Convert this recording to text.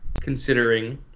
considering